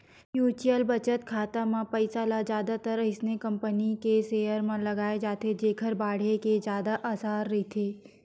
mutual बचत खाता म पइसा ल जादातर अइसन कंपनी के सेयर म लगाए जाथे जेखर बाड़हे के जादा असार रहिथे